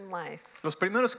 life